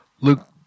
Luke